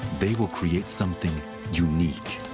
they will create something unique.